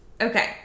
Okay